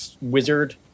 wizard